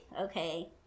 okay